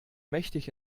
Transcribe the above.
mächtig